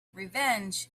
revenge